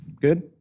Good